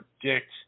predict